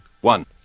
One